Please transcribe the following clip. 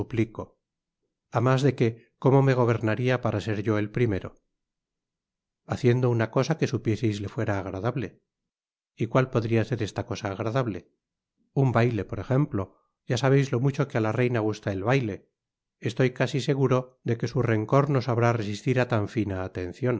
a mas de que como me gobernaria para ser yo el primero haciendo una cosa que supieseis le fuera agradable y cual podria ser esta cosa agradable un baile por ejemplo ya sabeis lo mucho que á la reina gusta el baile estoy casi seguro de que su rencor no sabrá resistir á tan fina atencion ya